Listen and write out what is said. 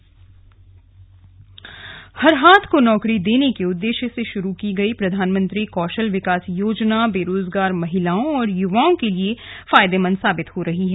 slug कौशल विकास योजना हर हाथ को नौकरी देने के उद्देश्य से शुरू की गई प्रधानमंत्री कौशल विकास योजना बेरोजगार महिलाओं और युवाओ के लिए फायदेमंद साबित हो रही है